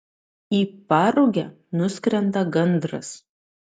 į parugę nuskrenda gandras